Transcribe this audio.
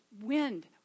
Wind